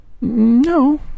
No